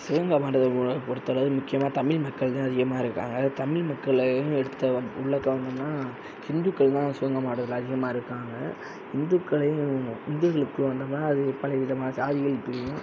சிவகங்கை மாவட்டத்தை பொருத்தளவு முக்கியமாக தமிழ் மக்கள் தான் அதிகமாக இருக்காங்க தமிழ் மக்களையும் எடுத்தோம் உள்ளே போனோம்னா ஹிந்துக்கள் தான் சிவகங்கை மாவட்டத்தில் அதிகமாக இருக்காங்க ஹிந்துக்களையும் ஹிந்துக்களுக்கு வந்தம்னா அது பல விதமான சாதிகள் பிரியும்